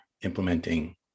implementing